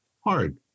hard